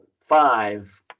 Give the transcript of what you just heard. five